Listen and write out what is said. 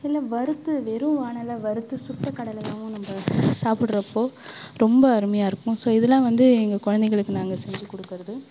இல்லை வறுத்து வெறும் வாணலில் வறுத்து சுட்டு கடலையாகவும் நம்ப சாப்பிட்றப்போ ரொம்ப அருமையாக இருக்கும் ஸோ இதெல்லாம் வந்து எங்கள் குழந்தைகளுக்கு நாங்கள் செஞ்சு கொடுக்குறது